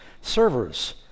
servers